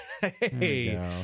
Hey